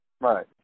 Right